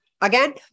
Again